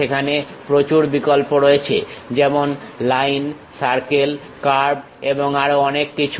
সেখানে প্রচুর বিকল্প রয়েছে যেমন লাইন সার্কেল কার্ভ এবং আরও অনেক কিছু